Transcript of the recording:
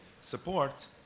support